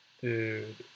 Dude